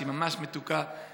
שהיא ממש מתוקה במיוחד,